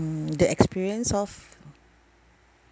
mm the experience of